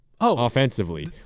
offensively